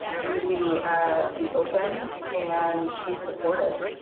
really be open and be supportive.